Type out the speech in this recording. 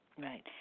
right